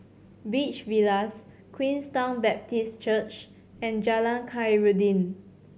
Beach Villas Queenstown Baptist Church and Jalan Khairuddin